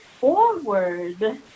forward